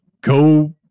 Go